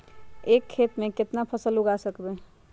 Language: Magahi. एक खेत मे केतना फसल उगाय सकबै?